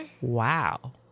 Wow